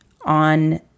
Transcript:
on